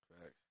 Facts